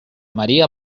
maría